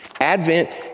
Advent